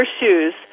shoes